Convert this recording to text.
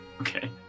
Okay